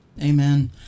Amen